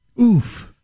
Oof